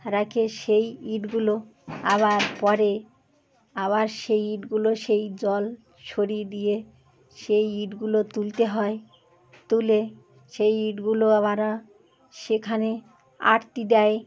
রেখে সেই ইটগুলো আবার পরে আবার সেই ইটগুলো সেই জল সরিয়ে দিয়ে সেই ইটগুলো তুলতে হয় তুলে সেই ইটগুলো আবার সেখানে আঁটতে দেয়